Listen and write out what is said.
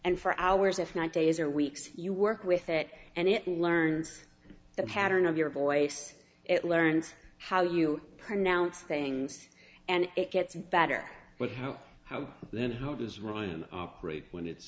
and for hours if not days or weeks you work with it and it learns the pattern of your voice it learns how you pronounce things and it gets better but how how then how does ryan operate when it's